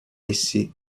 essi